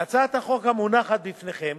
בהצעת החוק המונחת בפניכם